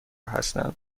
هستند